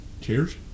Cheers